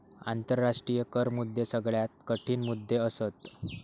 आंतराष्ट्रीय कर मुद्दे सगळ्यात कठीण मुद्दे असत